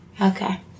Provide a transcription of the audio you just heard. Okay